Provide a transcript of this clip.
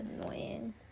annoying